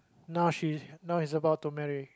now she now he's about to marry